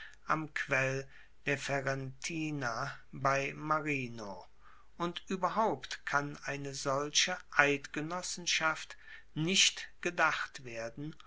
am quell der ferentina bei marino und ueberhaupt kann eine solche eidgenossenschaft nicht gedacht werden